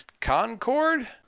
Concord